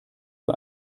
für